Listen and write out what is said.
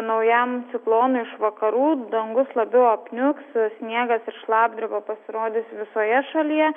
naujam ciklonui iš vakarų dangus labiau apniuks sniegas ir šlapdriba pasirodys visoje šalyje